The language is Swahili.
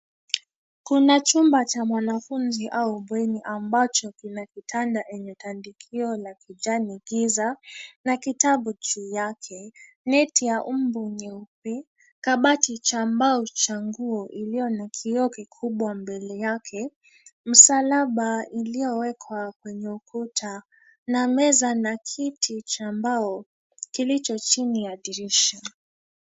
Kuna chumba cha mwanafunzi au bweni ambacho kina kitanda enye tandikio la kijani giza na kitabu chini yake, neti ya mbuu nyeupe, kabati cha mbao cha nguo iliyo na kioo kikubwa mbele yake, msalaba iliyowekwa kwenye ukuta na meza na kiti cha mbao kilicho chini ya dirisha.